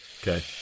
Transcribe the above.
Okay